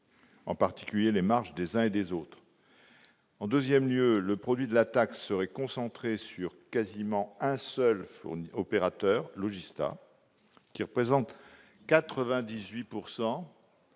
en particulier les marges des uns et des autres. Deuxièmement, le produit de la taxe serait concentré sur quasiment un seul opérateur, Logista France, qui représente 98